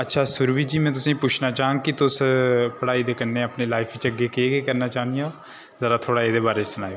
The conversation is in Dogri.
अच्छा में सुरभि जी तुसें गी पुच्छना चाह्ङ कि तुस पढ़ाई दे कन्नै अपनी लाइफ च अग्गें केह् केह् करना चाहंदियां ओ जरा थोह्ड़ा इ'दे बारै सनाए ओ